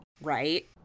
Right